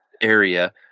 area